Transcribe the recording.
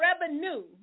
revenue